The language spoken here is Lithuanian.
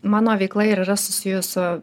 mano veikla ir yra susijus su